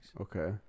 Okay